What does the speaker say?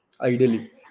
ideally